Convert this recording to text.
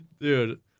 Dude